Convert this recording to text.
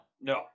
no